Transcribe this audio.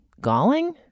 galling